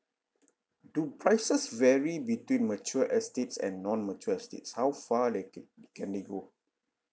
do prices vary between mature estates and non mature estates how far they ca~ can they go